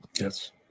Yes